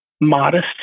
modest